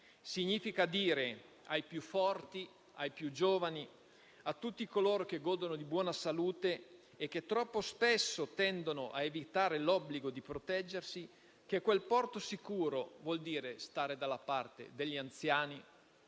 significa dire ai più forti, ai più giovani e a tutti coloro che godono di buona salute e che troppo spesso tendono a evitare l'obbligo di proteggersi, che il raggiungimento di quel porto sicuro vuol dire stare dalla parte degli anziani,